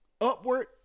upward